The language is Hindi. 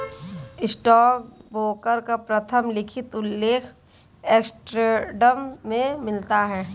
स्टॉकब्रोकर का प्रथम लिखित उल्लेख एम्स्टर्डम में मिलता है